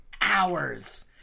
hours